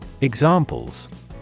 Examples